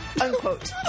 Unquote